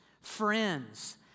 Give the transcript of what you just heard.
friends